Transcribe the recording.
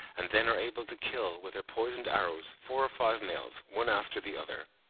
and then are able to kill with their poisoned arrows four or five males, one after the other.